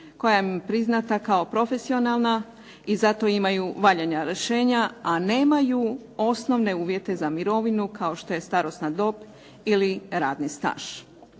koja je priznata kao profesionalna i zato imaju valjana rješenja, a nemaju osnovne uvjete za mirovinu kao što je starosna dob ili radni staž.